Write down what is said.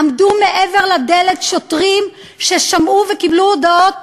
עמדו מעבר לדלת שוטרים ששמעו וקיבלו הודעת